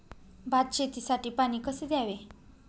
भात शेतीसाठी पाणी कसे द्यावे?